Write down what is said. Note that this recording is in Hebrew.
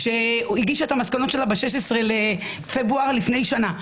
שהגישה את המסקנות שלה ב-16 בפברואר לפני שנה,